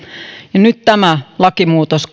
ja nyt tämä lakimuutos